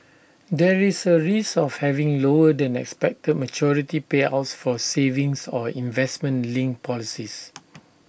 there is A risk of having lower than expected maturity payouts for savings or investment linked policies